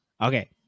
okay